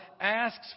asks